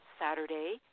Saturday